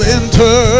enter